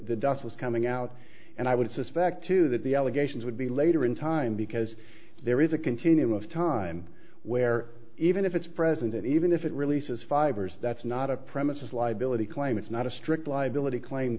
dust was coming out and i would suspect too that the allegations would be later in time because there is a continuum of time where even if it's present and even if it releases fibers that's not a premises liability claim it's not a strict liability claim